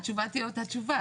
התשובה תהיה אותה תשובה.